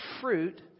fruit